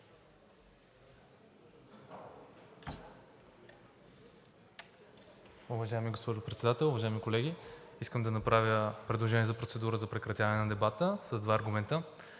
Уважаема госпожо Председател, уважаеми колеги! Искам да направя предложение за процедура за прекратяване на дебата с два аргумента.